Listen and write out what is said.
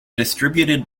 distributed